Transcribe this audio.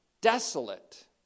desolate